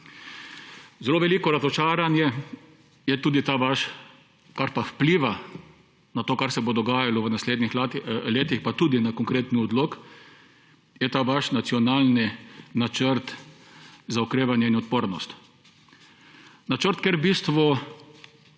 Zelo veliko razočaranje je tudi ta vaš – kar pa vpliva na to, kar se bo dogajalo v naslednjih letih, pa tudi na konkreten odlok – Nacionalni načrt za okrevanje in odpornost. Načrt, kjer je širša